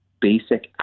basic